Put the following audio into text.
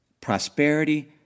prosperity